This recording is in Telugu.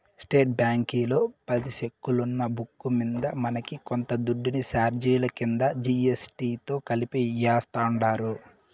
స్టేట్ బ్యాంకీలో పది సెక్కులున్న బుక్కు మింద మనకి కొంత దుడ్డుని సార్జిలు కింద జీ.ఎస్.టి తో కలిపి యాస్తుండారు